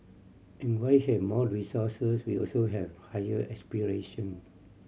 and while he have more resources we also have higher aspiration